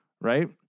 right